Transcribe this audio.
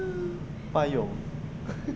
payung